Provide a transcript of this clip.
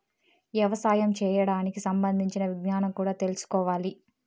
యవసాయం చేయడానికి సంబంధించిన విజ్ఞానం కూడా తెల్సుకోవాలి